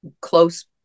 close